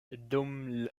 dum